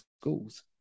schools